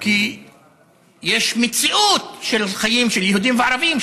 כי יש מציאות של חיים של יהודים וערבים,